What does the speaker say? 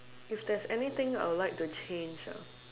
if there's anything I would like to change ah